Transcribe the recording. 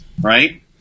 right